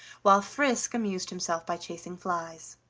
while frisk amused himself by chasing flies.